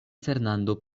fernando